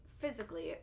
physically